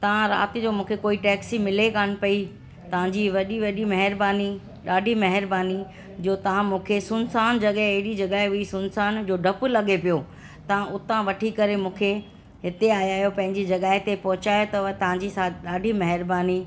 तव्हां राति जो मूंखे कोई टैक्सी मिले कोनि पई तव्हांजी वॾी वॾी महिरबानी ॾाढी महिरबानी जो तव्हां मूंखे सुनसान जॻह अहिड़ी जॻह हुई सुनसान जो डपु लॻे पियो तव्हां उता वठी करे मूंखे हिते आया आहियो पंहिंजी जॻह ते पहुचायो अथव तव्हांजी ॾाढी महिरबानी